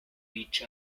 each